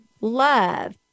love